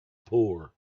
poor